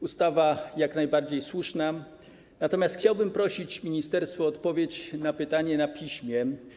Ustawa jest jak najbardziej słuszna, natomiast chciałbym prosić ministerstwo o odpowiedź na pytanie na piśmie.